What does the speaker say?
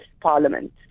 parliament